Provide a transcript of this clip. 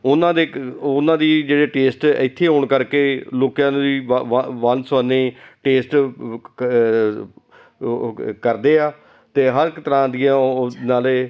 ਉਨ੍ਹਾਂ ਦੇ ਕ ਉਹਨਾਂ ਦੀ ਜਿਹੜੀ ਟੇਸਟ ਇੱਥੇ ਆਉਣ ਕਰਕੇ ਲੋਕਾਂ ਦੀ ਵ ਵ ਵੰਨ ਸਵੰਨੀ ਟੇਸਟ ਵ ਕ ਅ ਅ ਕਰਦੇ ਆ ਅਤੇ ਹਰ ਇੱਕ ਤਰ੍ਹਾਂ ਦੀਆਂ ਉਹ ਨਾਲੇ